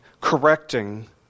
correcting